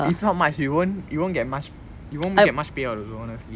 it's not much you won't you won't get much you won't get pay out also honestly